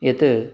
यत्